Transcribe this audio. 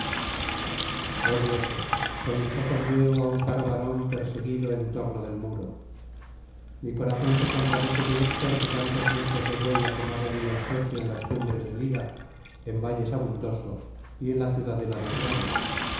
dioses con mis ojos veo á un caro varón perseguido en torno del muro mi corazón se compadece de héctor que tantos muslos de buey ha quemado en mi obsequio en las cumbres del ida en valles abundoso y en la ciudadela de troya